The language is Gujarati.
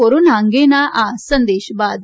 કોરોના અંગેના આ સંદેશ બાદ